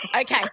Okay